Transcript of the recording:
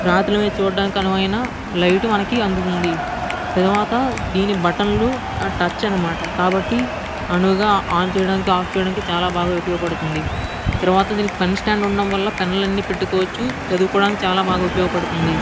రాత్రిళ్లు మీరు చూడడానికి అనువైన లైట్ మనకు అందుతుంది తరువాత దీని బటన్లు టచ్ అనమాట కాబట్టి అనువుగా ఆన్ చేయడానికి ఆఫ్ చేయడానికి చాల బాగా ఉపయోగపడుతుంది తరువాత దీనికి పెన్ స్టాండ్ ఉండడం వలన పెన్నులు అన్ని పెట్టుకోవచ్చు చదువుకోవడానికి చాల బాగా ఉపయోగపడుతుంది